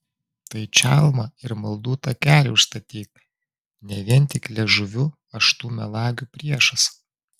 tai čalmą ir maldų takelį užstatyk ne vien tik liežuviu aš tų melagių priešas